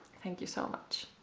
thank you so much